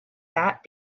that